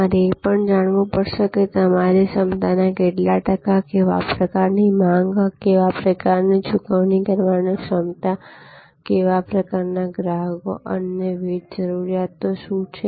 તમારે એ પણ જાણવું પડશે કે તમારી ક્ષમતાના કેટલા ટકા કેવા પ્રકારની માંગ કેવા પ્રકારની ચૂકવણી કરવાની ક્ષમતા કેવા પ્રકારના ગ્રાહકો અન્ય વિવિધ જરૂરિયાતો શું છે